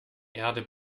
erde